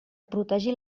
protegir